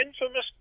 infamous